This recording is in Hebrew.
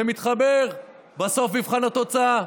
זה מתחבר בסוף למבחן התוצאה,